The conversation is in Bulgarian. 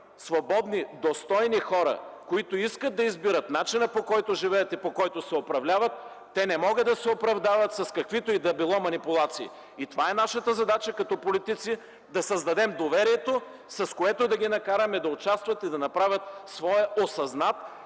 свободни, достойни хора, които искат да избират начина, по който живеят и по който се управляват, те не могат да се оправдават с каквито и да било манипулации. Това е нашата задача като политици – да създадем доверието, с което да ги накараме да участват и да направят своя осъзнат